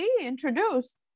introduce